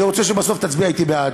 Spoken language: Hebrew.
אני רוצה שבסוף תצביע אתי בעד.